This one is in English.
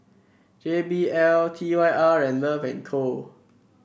J B L T Y R and Love and Co